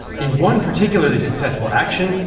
in one particularly successful action,